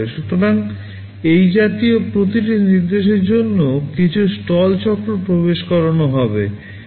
সুতরাং এই জাতীয় প্রতিটি নির্দেশের জন্য কিছু স্টল চক্র প্রবেশ করানো হবে